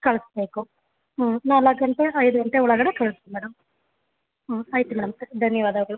ಕಳಿಸ್ಬೇಕು ಹ್ಞೂ ನಾಲ್ಕು ಗಂಟೆ ಐದು ಗಂಟೆ ಒಳಗಡೆ ಕಳಿಸಿ ಮೇಡಮ್ ಹ್ಞೂ ಆಯಿತು ಮೇಡಮ್ ಧನ್ಯವಾದಗಳು